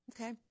Okay